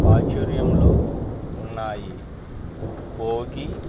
ప్రాచుర్యంలో ఉన్నాయి భోగి